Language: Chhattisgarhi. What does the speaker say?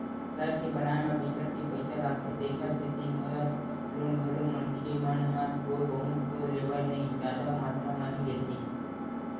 घर के बनाए म बिकट के पइसा लागथे तेखर सेती घर लोन घलो मनखे मन ह थोर बहुत तो लेवय नइ जादा मातरा म ही लेथे